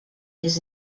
his